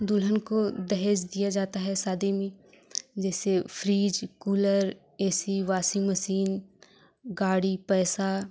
दुलहन को दहेज़ दिया जाता है शादी में जैसे fridge cooler A C washing machine गाड़ी पैसा